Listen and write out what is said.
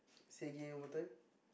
say again one more time